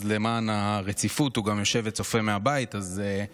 אז למען הרציפות תן לי,